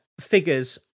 figures